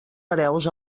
hereus